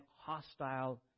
hostile